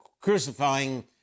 crucifying